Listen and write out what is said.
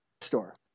store